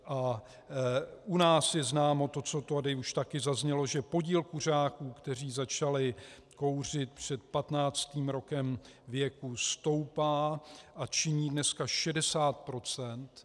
U nás je známo to, co tady už také zaznělo, že podíl kuřáků, kteří začali kouřit před patnáctým rokem věku, stoupá a činí dneska 60 %.